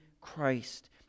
Christ